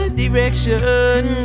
direction